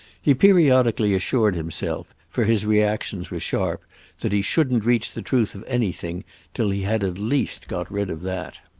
he periodically assured himself for his reactions were sharp that he shouldn't reach the truth of anything till he had at least got rid of that.